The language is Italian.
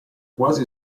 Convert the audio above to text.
quasi